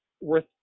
worth